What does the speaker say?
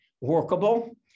Workable